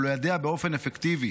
ולידע באופן אפקטיבי